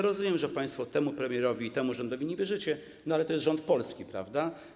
Rozumiem, że państwo temu premierowi i temu rządowi nie wierzycie, ale to jest rząd polski, prawda?